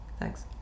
thanks